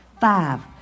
Five